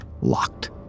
locked